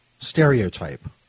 Stereotype